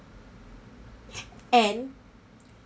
and